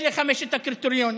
אלה חמשת הקריטריונים.